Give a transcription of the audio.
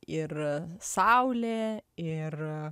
ir saulė ir